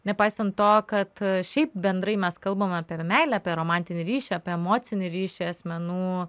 nepaisant to kad šiaip bendrai mes kalbam apie meilę apie romantinį ryšį apie emocinį ryšį asmenų